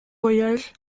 voyages